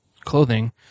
clothing